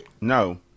No